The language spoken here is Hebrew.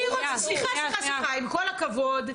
עם כל הכבוד,